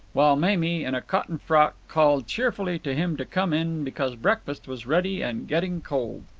while mamie, in a cotton frock, called cheerfully to him to come in because breakfast was ready and getting cold.